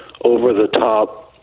over-the-top